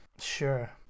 Sure